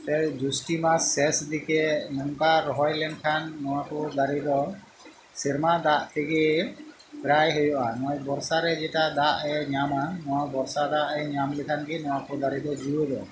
ᱥᱮ ᱡᱩᱥᱴᱤ ᱢᱟᱥ ᱥᱮᱥ ᱫᱤᱠᱮ ᱱᱚᱝᱠᱟ ᱨᱚᱦᱚᱭ ᱞᱮᱱᱠᱷᱟᱱ ᱱᱚᱣᱟᱠᱚ ᱫᱟᱨᱮᱫᱚ ᱥᱮᱨᱢᱟ ᱫᱟᱜ ᱛᱮᱜᱮ ᱯᱨᱟᱭ ᱦᱩᱭᱩᱜᱼᱟ ᱱᱚᱜᱚᱭ ᱵᱚᱨᱥᱟ ᱨᱮ ᱡᱮᱴᱟ ᱫᱟᱜᱼᱮ ᱧᱟᱢᱟ ᱱᱚᱣᱟ ᱵᱚᱨᱥᱟ ᱫᱟᱜᱼᱮ ᱧᱟᱢ ᱞᱮᱠᱷᱟᱱ ᱜᱮ ᱱᱚᱣᱟᱠᱚ ᱫᱟᱨᱮ ᱫᱚ ᱡᱮᱹᱣᱮᱹᱫᱚᱜᱼᱟ